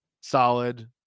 solid